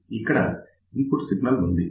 ఇక్కడ input signal ఉంది